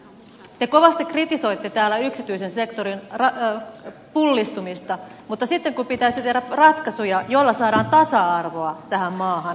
te kovasti kritisoitte täällä yksityisen sektorin pullistumista mutta sitten kun pitäisi tehdä ratkaisuja joilla saadaan tasa arvoa tähän maahan niin ei käy